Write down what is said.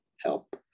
help